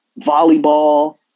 volleyball